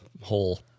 whole